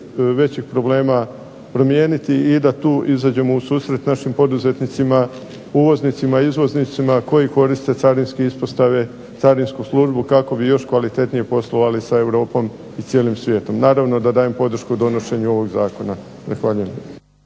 većih problema promijeniti, i da tu izađemo u susret našim poduzetnicima uvoznicima, izvoznicima koji koriste carinske ispostave, carinsku službu kako bi još kvalitetnije poslovali sa Europom i cijelim svijetom. Naravno da dajem podršku donošenju ovog zakona.